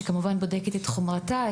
שבודקת את חומרתן,